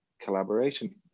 collaboration